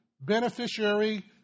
beneficiary